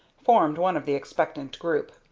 formed one of the expectant group.